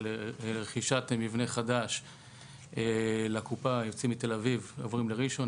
בוחנת בניית מבנה חדש עקב המעבר לראשון לציון,